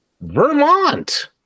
Vermont